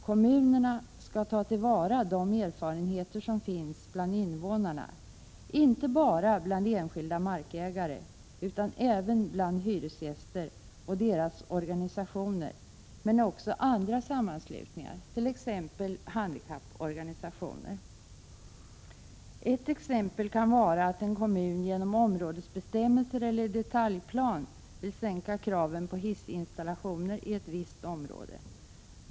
Kommunerna skall ta till vara de erfarenheter som finns bland invånarna, inte bara bland enskilda markägare, utan även bland hyresgästerna och deras organisationer men också andra sammanslutningar, t.ex. handikapporganisationer. Ett exempel kan vara att en kommun genom områdesbestämmelser eller en detaljplan vill sänka kraven på hissinstallationer i ett visst område.